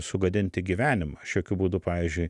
sugadinti gyvenimą aš jokiu būdu pavyzdžiui